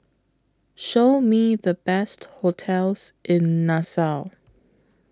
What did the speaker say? Show Me The Best hotels in Nassau